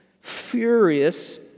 furious